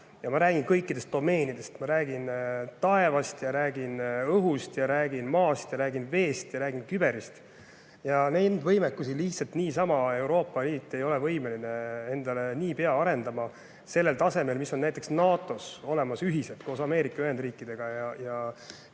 Ma räägin kõikidest domeenidest, ma räägin taevast ja räägin õhust ja räägin maast ja räägin veest ja räägin küberist. Neid võimekusi lihtsalt niisama Euroopa Liit ei ole võimeline endal niipea arendama sellisel tasemel, mis on näiteks NATO-s olemas ühiselt koos Ameerika Ühendriikide ja